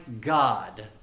God